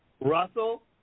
Russell